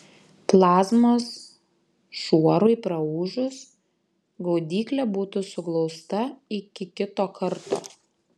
plazmos šuorui praūžus gaudyklė būtų suglausta iki kito karto